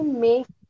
make